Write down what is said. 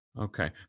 Okay